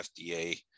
FDA